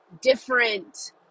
different